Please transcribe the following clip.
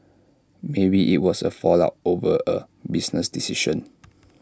maybe IT was A fallout over A business decision